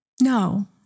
No